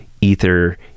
ether